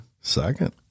Second